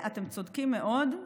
אתם צודקים מאוד,